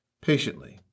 patiently